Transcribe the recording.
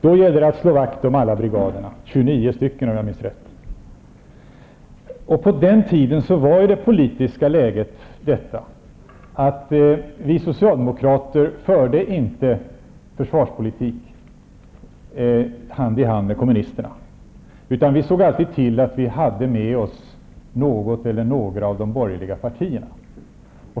Då gällde det att slå vakt om alla brigaderna -- 29 stycken, om jag minns rätt. På den tiden var det politiska läget detta, att vi socialdemokrater inte förde försvarspolitik hand i hand med kommunisterna, utan vi såg alltid till att vi hade med oss något eller några av de borgerliga partierna.